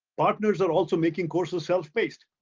partners are also making courses self-paced.